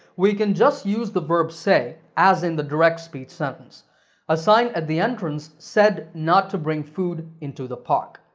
we can just use the verb say as in the direct speech sentence a sign at the entrance said not to bring food into the park.